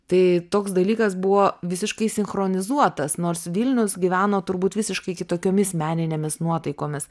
tai toks dalykas buvo visiškai sinchronizuotas nors vilnius gyveno turbūt visiškai kitokiomis meninėmis nuotaikomis